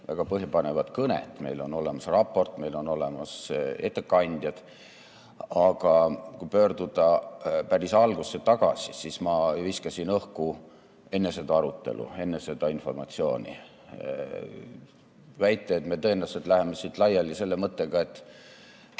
väga põhjapanevat kõnet. Meil on olemas raport, meil on olemas ettekandjad. Aga kui pöörduda päris algusesse tagasi, siis ma viskasin enne seda arutelu, enne seda informatsiooni õhku väite, et me tõenäoliselt läheme siit laiali selle valdava mõttega, et